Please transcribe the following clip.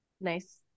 Nice